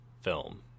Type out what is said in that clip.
film